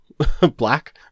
black